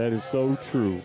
that is so true